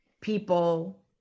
people